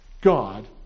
God